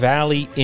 Valley